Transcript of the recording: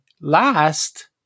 Last